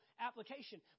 application